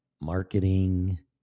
marketing